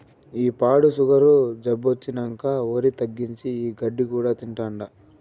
ఈ పాడు సుగరు జబ్బొచ్చినంకా ఒరి తగ్గించి, ఈ గడ్డి కూడా తింటాండా